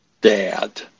dad